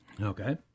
Okay